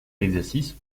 exercice